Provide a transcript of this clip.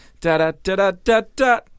Da-da-da-da-da-da